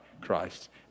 Christ